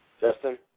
Justin